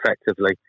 effectively